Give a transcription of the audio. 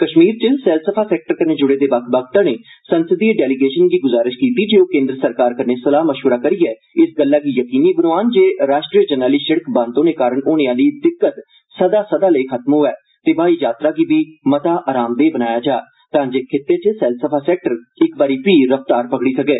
कश्मीर च सैलसफा सैक्टर कल्नै जुड़े दे बक्ख बक्ख धड़े संसदी डेलीगेशन गी गुजारिश कीती जे ओह केन्द्र सरकार कन्नै सलाह मश्वरा करियै इस गल्लै गी यकीनी बनोआन जे राश्ट्री जरनैली सिड़क बंद होने कारण होने आहली दिक्कत सदा सदा लेई खत्म होऐ ते ब्हाई यात्रा गी बी मता अरामदेह बनाया जा तांजे खित्ते च सैलसफा सैक्टर इक बारी फ्ही रफ्तार फगड़ी सकै